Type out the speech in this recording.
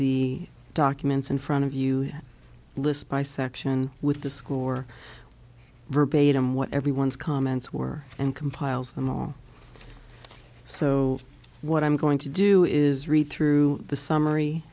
the documents in front of you list by section with the school for verbatim what everyone's comments were and compiles them all so what i'm going to do is read through the summary